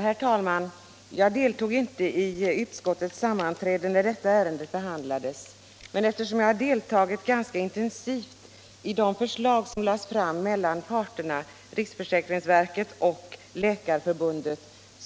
Herr talman! Jag deltog inte i utskottets sammanträde när detta ärende behandlades, men eftersom jag deltagit ganska intensivt i arbetet med de förslag som lades fram mellan parterna, riksförsäkringsverket och Läkarförbundet,